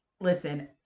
listen